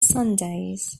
sundays